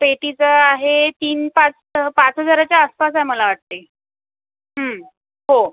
पेटीचं आहे तीन पात पाच हजाराच्या आसपास आहे मला वाटते हो